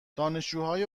دانشجوهای